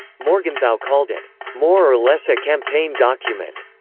morgenthau called it more or less a campaign document.